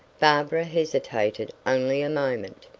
barbara hesitated only a moment.